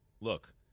look